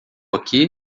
aqui